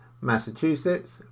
Massachusetts